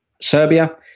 Serbia